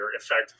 effect